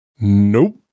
Nope